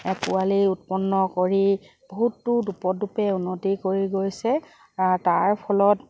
পোৱালি উৎপন্ন কৰি বহুতো দোপত দোপে উন্নতি কৰি গৈছে তাৰ ফলত